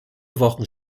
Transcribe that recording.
wochen